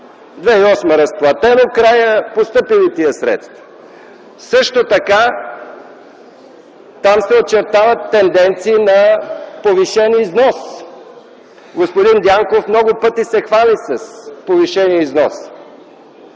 2008 г. разплатено, постъпили тези средства. Също така там се очертават тенденции на повишен износ. Господин Дянков много пъти се хвали с повишения износ.